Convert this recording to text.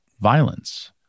violence